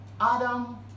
Adam